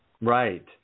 Right